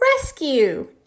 rescue